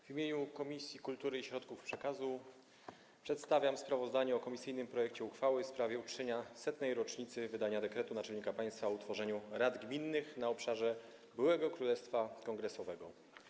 W imieniu Komisji Kultury i Środków Przekazu przedstawiam sprawozdanie o komisyjnym projekcie uchwały w sprawie uczczenia 100. rocznicy wydania dekretu Naczelnika Państwa o utworzeniu Rad Gminnych na obszarze b. Królestwa Kongresowego.